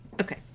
Okay